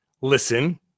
listen